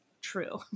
true